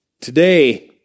Today